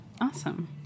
Awesome